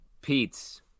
Pete's